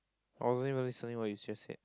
I wasn't even listening what you just said